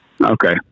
Okay